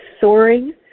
soaring